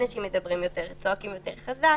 אנשים צועקים יותר חזק,